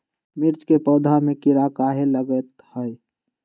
मिर्च के पौधा में किरा कहे लगतहै?